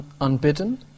unbidden